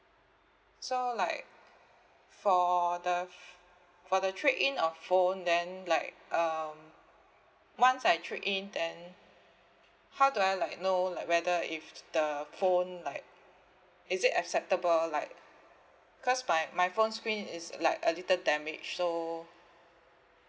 so like for the ph~ for the trade in of phone then like um once I trade in then how do I like know like whether if the phone like is it acceptable like cause my my phone screen is like a little damaged so